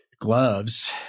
gloves